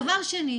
דבר שני,